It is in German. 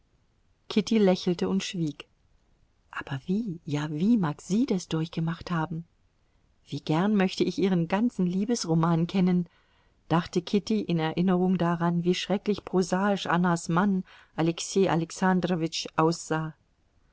kitty lächelte und schwieg aber wie ja wie mag sie das durchgemacht haben wie gern möchte ich ihren ganzen liebesroman kennen dachte kitty in erinnerung daran wie schrecklich prosaisch annas mann alexei alexandrowitsch aussah